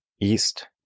east